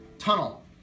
Tunnel